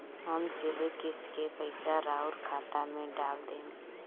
हम सीधे किस्त के पइसा राउर खाता में डाल देम?